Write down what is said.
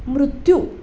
मृत्यू